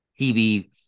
TV